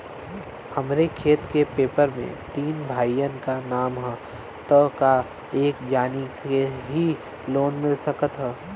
हमरे खेत के पेपर मे तीन भाइयन क नाम ह त का एक जानी के ही लोन मिल सकत ह?